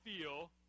feel